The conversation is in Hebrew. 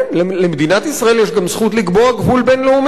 למדינת ישראל יש גם זכות לקבוע גבול בין-לאומי.